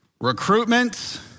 recruitment